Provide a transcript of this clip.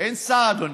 אין שר, אדוני.